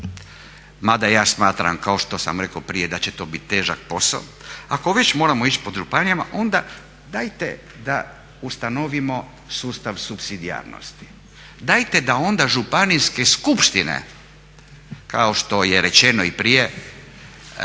ma da ja smatram kao što sam rekao prije da će to biti težak posao, ako već moramo ići po županijama onda dajte da ustanovimo sustav supsidijarnosti, dajte da onda županijske skupštine kao što je rečeno i prije